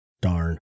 Darn